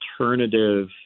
alternative